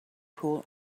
pool